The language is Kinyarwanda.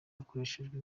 hakoreshejwe